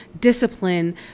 discipline